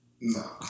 no